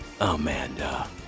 Amanda